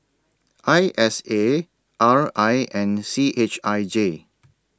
I S A R I and C H I J